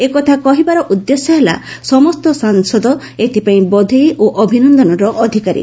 ଏକଥା କହିବାରେ ଉଦ୍ଦେଶ୍ୟ ହେଲା ସମସ୍ତ ସାଂସଦ ଏଥିପାଇଁ ବଧେଇ ଓ ଅଭିନନ୍ଦନର ଅଧିକାରୀ